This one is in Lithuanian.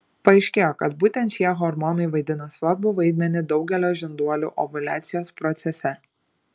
paaiškėjo kad būtent šie hormonai vaidina svarbų vaidmenį daugelio žinduolių ovuliacijos procese